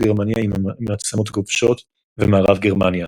גרמניה עם המעצמות הכובשות ומערב גרמניה.